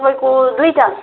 तपाईँको दुईवटा